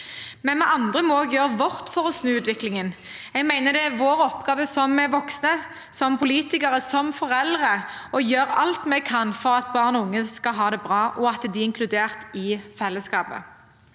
men vi andre må også gjøre vårt for å snu utviklingen. Jeg mener det er vår oppgave som voksne, som politikere, som foreldre å gjøre alt vi kan for at barn og unge skal ha det bra, og at de er inkludert i fellesskapet.